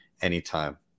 anytime